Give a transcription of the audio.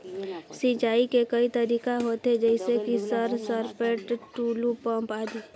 सिंचाई के कई तरीका होथे? जैसे कि सर सरपैट, टुलु पंप, आदि?